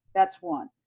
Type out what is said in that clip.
that's one.